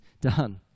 done